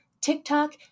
TikTok